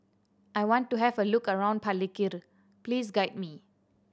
I want to have a look around Palikir please guide me